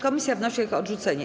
Komisja wnosi o ich odrzucenie.